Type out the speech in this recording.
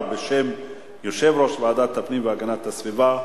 בשם יושב-ראש ועדת הפנים והגנת הסביבה.